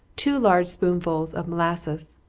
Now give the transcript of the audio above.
two large spoonsful of molasses.